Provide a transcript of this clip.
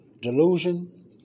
delusion